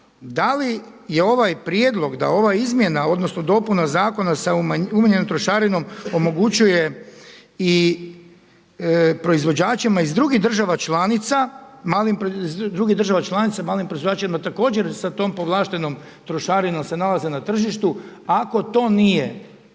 da li je ovaj prijedlog da ova izmjena, odnosno dopuna zakona sa umanjenom trošarinom omogućuje i proizvođačima iz drugih država članica, malim proizvođačima također sa tom povlaštenom trošarinom se nalaze na tržištu. Ako to nije neka obaveza